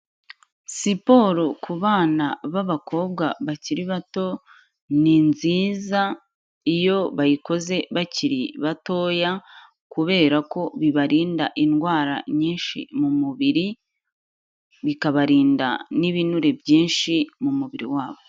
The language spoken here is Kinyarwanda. Siporo ku bana b'abakobwa bakiri bato, ni nziza iyo bayikoze bakiri batoya, kubera ko bibarinda indwara nyinshi mu mubiri, bikabarinda n'ibinure byinshi mu mubiri wabo.